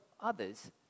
others